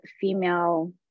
female